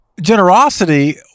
generosity